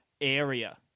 area